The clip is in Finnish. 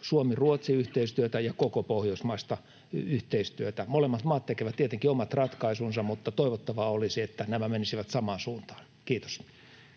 Suomi—Ruotsi-yhteistyötä ja koko pohjoismaista yhteistyötä. Molemmat maat tekevät tietenkin omat ratkaisunsa, mutta toivottavaa olisi, että nämä menisivät samaan suuntaan. — Kiitos.